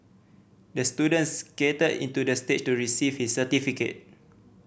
the student skated into the stage to receive his certificate